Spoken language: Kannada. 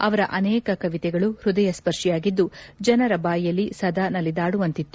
ಅವರ ಅನೇಕ ಕವಿತೆಗಳು ಪ್ಟದಯ ಸ್ಪರ್ತಿಸಿಯಾಗಿದ್ದು ಜನರ ಬಾಯಲ್ಲಿ ಸದಾ ನಲಿದಾಡುವಂತಿತ್ತು